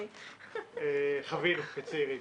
חווינו כצעירים.